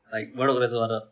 like bedok reservoir there